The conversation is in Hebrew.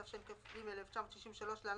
התשכ"ג 1963 (להלן,